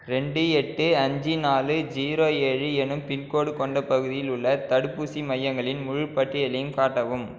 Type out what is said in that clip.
ரெண்டு எட்டு அஞ்சு நாலு ஜீரோ ஏழு என்னும் பின்கோட் கொண்ட பகுதியில் உள்ள தடுப்பூசி மையங்களின் முழுப் பட்டியலையும் காட்டவும்